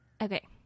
okay